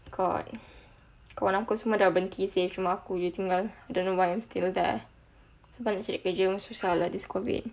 god kawan aku semua dah berhenti seh cuma aku jer tinggal you think I don't know why I'm still there sebab nak cari kerja pun susah lah this COVID